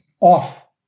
off